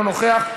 אינו נוכח,